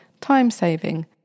time-saving